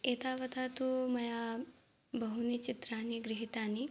एतावता तु मया बहूनि चित्राणि गृहीतानि